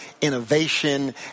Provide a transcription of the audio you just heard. innovation